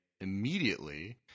immediately